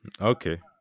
Okay